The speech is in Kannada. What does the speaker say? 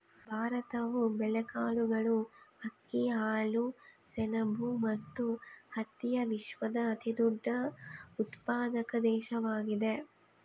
ಭಾರತವು ಬೇಳೆಕಾಳುಗಳು, ಅಕ್ಕಿ, ಹಾಲು, ಸೆಣಬು ಮತ್ತು ಹತ್ತಿಯ ವಿಶ್ವದ ಅತಿದೊಡ್ಡ ಉತ್ಪಾದಕ ದೇಶವಾಗಿದೆ